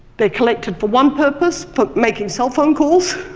they're collected for one purpose, for making cell phones calls,